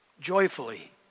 joyfully